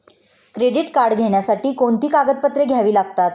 Credit card घेण्यासाठी कोणती कागदपत्रे घ्यावी लागतात?